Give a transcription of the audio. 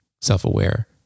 self-aware